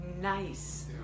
Nice